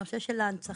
הנושא של ההנצחה.